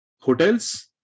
hotels